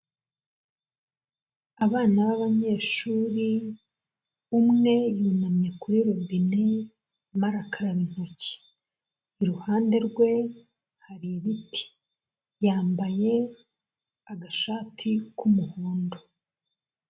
Abana b'abanyeshuri, umwe yunamye kuri robine arimo arakaraba intoki, iruhande rwe hari ibiti, yambaye agashati k'umuhondo.